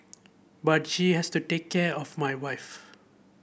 but she has to take care of my wife